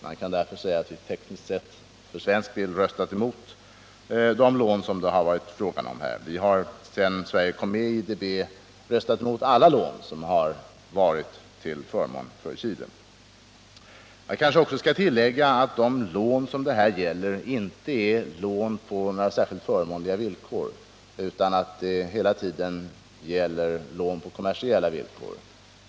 Man kan därför säga att vi tekniskt sett från svensk sida har röstat emot de lån det varit fråga om. Vi har f. ö. sedan Sverige kom med i IDB röstat emot alla lån som varit till förmån för Chile. Jag kanske också skall tillägga att de lån det här gäller inte är lån på särskilt förmånliga villkor. Det är hela tiden fråga om lån på kommersiella villkor.